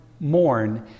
mourn